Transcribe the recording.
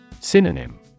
Synonym